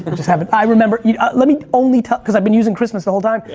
and just having, i remember, let me only tell, cause i've been using christmas the whole time,